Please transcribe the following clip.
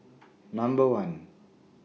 Number one